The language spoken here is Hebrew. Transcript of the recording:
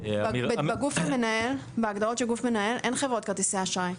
בגוף המנהל בהגדרות של גוף מנהל אין חברות כרטיסי אשראי.